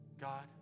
God